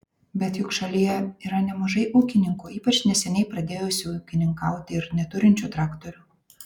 bet juk šalyje yra nemažai ūkininkų ypač neseniai pradėjusių ūkininkauti ir neturinčių traktorių